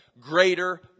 greater